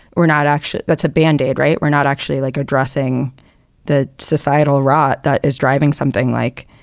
we're not actually. that's a band-aid, right? we're not actually like addressing the societal rot that is driving something like,